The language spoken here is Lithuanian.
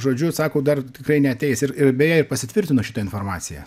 žodžiu sako dar tikrai neateis ir ir beje ir pasitvirtino šita informacija